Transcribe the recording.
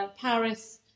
Paris